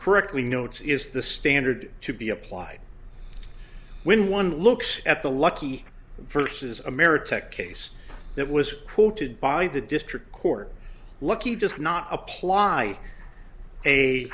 correctly notes is the standard to be applied when one looks at the lucky first as ameritech case that was quoted by the district court lookee does not apply a